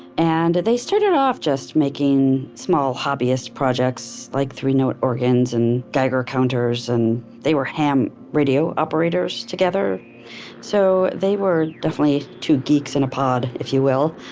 and they started off just making small hobbyist projects, like three note organs and geiger counters, and they were ham radio operators together so they were definitely two geeks in a pod, if you will,